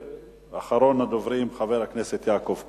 ואחרון הדוברים הוא חבר הכנסת יעקב כץ.